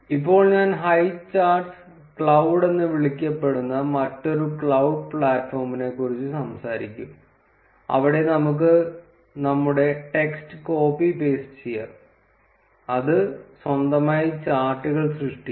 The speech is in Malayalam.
ഇപ്പോൾ ഞാൻ ഹൈചാർട്ട്സ് ക്ലൌഡ് എന്ന് വിളിക്കപ്പെടുന്ന മറ്റൊരു ക്ലൌഡ് പ്ലാറ്റ്ഫോമിനെക്കുറിച്ച് സംസാരിക്കും അവിടെ നമുക്ക് നമ്മുടെ ടെക്സ്റ്റ് കോപ്പി പേസ്റ്റ് ചെയ്യാം അത് സ്വന്തമായി ചാർട്ടുകൾ സൃഷ്ടിക്കും